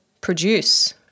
produce